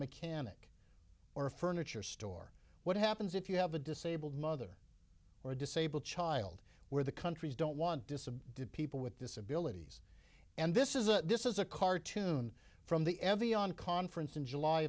mechanic or a furniture store what happens if you have a disabled mother or a disabled child where the countries don't want to subdue people with disabilities and this is a this is a cartoon from the evian conference in july